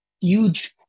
huge